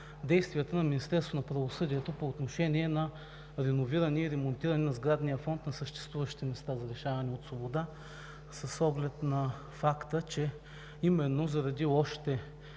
правосъдието по отношение на реновиране и ремонтиране на сградния фонд на съществуващите места за лишаване от свобода, с оглед на факта, че именно заради лошите